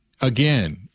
again